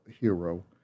hero